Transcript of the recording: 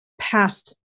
past